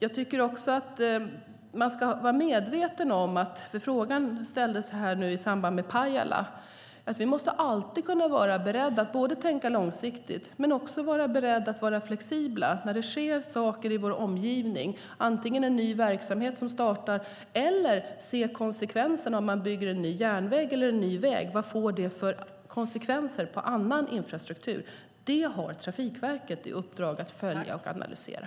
Det ställdes en fråga i samband med Pajala, och vi måste alltid vara beredda att både tänka långsiktigt och vara flexibla när det sker saker i vår omgivning, till exempel när en ny verksamhet startar. Det gäller också att se vad en ny järnväg eller väg får för konsekvenser på annan infrastruktur. Det har Trafikverket i uppdrag att följa och analysera.